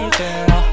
girl